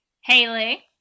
Haley